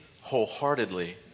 wholeheartedly